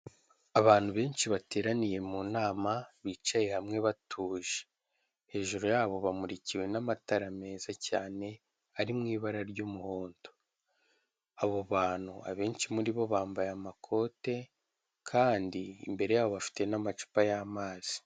Abantu benshi bateraniye mu nama bicaye hamwe batuje; hejuru yabo bamurikiwe n'amatara meza cyane ari mu ibara ry'umuhondo. Abo bantu abenshi muri bo bambaye amakote kandi imbere yabo bafite n'amacupa y'amazi.